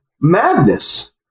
madness